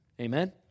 Amen